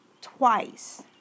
twice